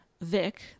Vic